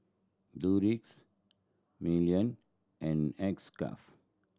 Doux Milan and X Craft